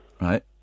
Right